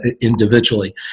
individually